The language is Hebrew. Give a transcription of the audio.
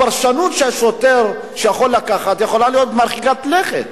הפרשנות ששוטר יכול לקחת יכולה להיות מרחיקת לכת